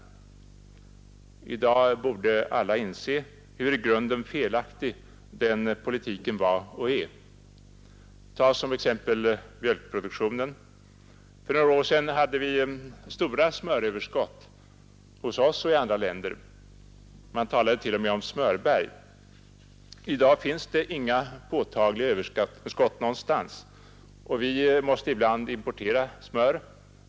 I dag borde alla inse hur i grunden felaktig den politiken var och är. Tag som exempel mjölkproduktionen. För några år sedan hade man stora smöröverskott både här hos oss och i andra länder. Det talades t.o.m. om smörberg. I dag finns det inga påtagliga överskott av smör någonstans, och vi måste ibland importera smör.